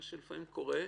מה שלפעמים קורה,